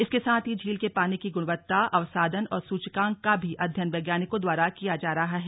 इसके साथ ही झील के पानी की गुणवत्ता अवसादन और सूचकांक का भी अध्ययन वैज्ञानिकों द्वारा किया जा रहा है